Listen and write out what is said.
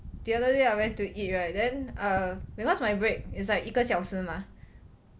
the other day I went to eat right then err because my break is like 一个小时 mah